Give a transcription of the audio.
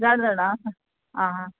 जाणा जाणा आसा आं